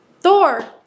Thor